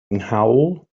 nghawl